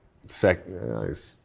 Second